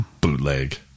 Bootleg